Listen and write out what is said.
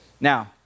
Now